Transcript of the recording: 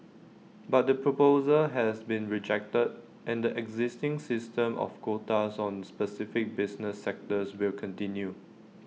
but the proposal has been rejected and the existing system of quotas on specific business sectors will continue